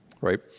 right